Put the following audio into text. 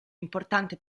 importante